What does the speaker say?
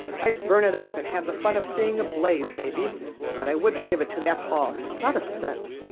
i'd burn it up and have the fun of seeing a blaze maybe but i wouldn't give it to that hall, not a cent.